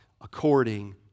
according